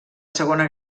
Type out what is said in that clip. segona